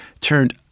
turned